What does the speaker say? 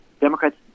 Democrats